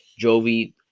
Jovi